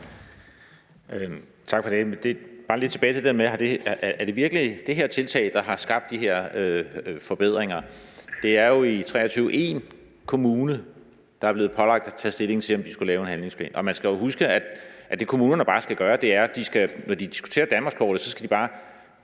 Tak for det. Jeg vil bare tilbage til det med, om det virkelig er det her tiltag, der har skabt de her forbedringer. Det er jo i 2023 én kommune, der er blevet pålagt at tage stilling til, om de skulle lave en handlingsplan. Man skal jo huske, at det, kommunerne skal gøre, er, at de, når de diskuterer danmarkskortet, bare skal tage